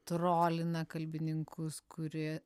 trolina kalbininkus kuri